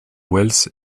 wells